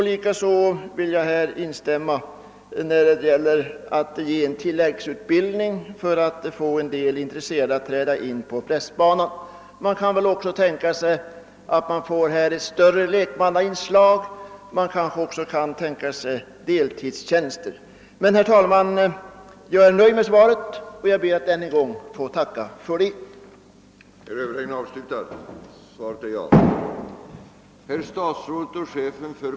Likaså vill jag ansluta mig till tanken att ge en tilläggsutbildning för att få en del intresserade personer att träda in på prästbanan. Man kan väl också tänka sig ett större lekmannainslag och kanske även deltidstjänster i kyrkan. Herr talman! Jag är nöjd med svaret och hoppas att åtgärderna skall successivt leda till ett ökat antal präster.